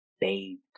bathed